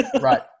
Right